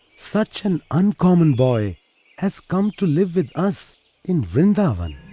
such an uncommon boy has come to live with us in vrindavan!